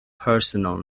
personal